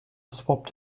swapped